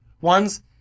ones